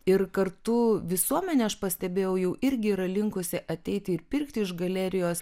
ir kartu visuomenė aš pastebėjau jau irgi yra linkusi ateiti ir pirkti iš galerijos